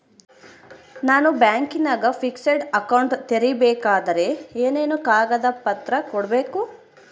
ನಾನು ಬ್ಯಾಂಕಿನಾಗ fixed account ತೆರಿಬೇಕಾದರೆ ಏನೇನು ಕಾಗದ ಪತ್ರ ಕೊಡ್ಬೇಕು?